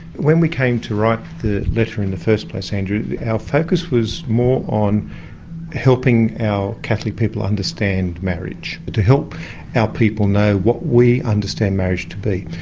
when we came to write the letter in the first place andrew, our focus was more on helping our catholic people understand marriage and but to help our people know what we understand marriage to be.